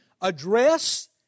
address